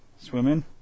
swimming